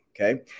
Okay